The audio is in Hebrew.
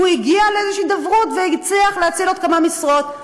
הוא הגיע להידברות והצליח להציל עוד כמה משרות.